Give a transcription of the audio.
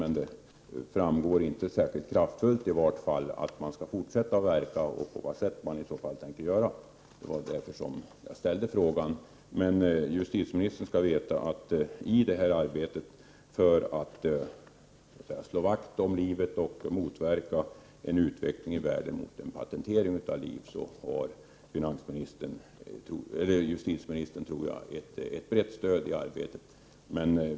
Men det framstår i vart fall inte som särskilt kraftfullt att man skall fortsätta att verka, på vad sätt och vad man i så fall tänker göra. Justitieministern skall emellertid veta att i arbetet för att slå vakt om livet och motverka en utveckling i världen i riktning mot patentering av liv har justitieministern ett brett stöd.